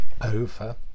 over